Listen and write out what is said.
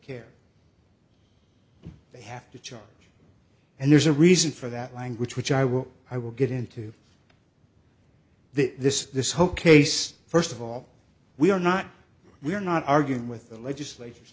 care they have to charge and there's a reason for that language which i will i will get into this this whole case first of all we are not we are not arguing with the legislat